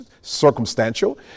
circumstantial